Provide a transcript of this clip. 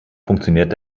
funktioniert